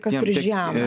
kas turi žemą